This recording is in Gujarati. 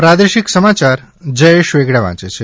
પ્રાદેશિક સમાયાર જયેશ વેગડા વાંચે છે